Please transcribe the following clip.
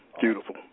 beautiful